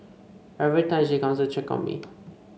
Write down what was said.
every time she comes to check on me